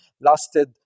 lasted